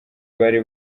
bari